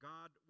God